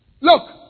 Look